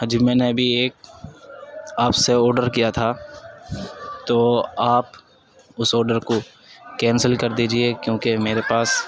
ہاں جی میں نے ابھی ایک آپ سے آرڈر کیا تھا تو آپ اس آرڈر کو کینسل کر دیجیے کیونکہ میرے پاس